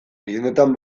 gehienetan